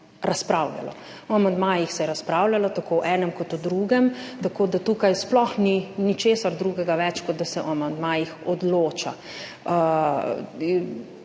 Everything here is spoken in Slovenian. razpravljalo. O amandmajih se je razpravljalo, tako o enem kot o drugem, tako da tukaj sploh ni ničesar drugega več, kot da se o amandmajih odloča.